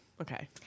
okay